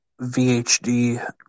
VHD